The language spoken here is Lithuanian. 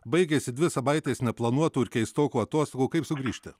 baigėsi dvi savaitės neplanuotų ir keistokų atostogų kaip sugrįžti